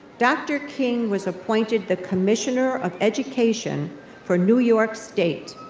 dr. king was appointed the commissioner of education for new york state.